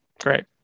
Great